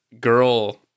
girl